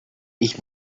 ich